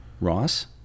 Ross